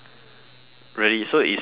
really so it's a mem~